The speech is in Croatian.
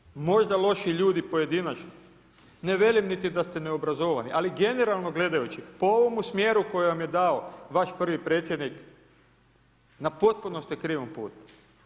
Vi niste možda loši ljudi pojedinačno, ne velim niti da ste neobrazovani, ali generalno gledajući po ovome smjeru koji vam je dao vaš prvi predsjednik na potpuno ste krivom putu.